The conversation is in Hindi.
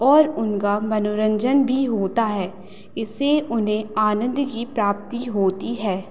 और उनका मनोरंजन भी होता है इससे उन्हें आनंद की प्राप्ति होती है